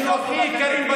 אל תיתן לו